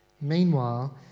Meanwhile